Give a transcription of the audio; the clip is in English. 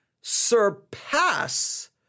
surpass